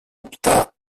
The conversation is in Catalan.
optar